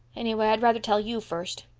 anyway, i'd rather tell you first.